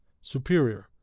superior